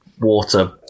water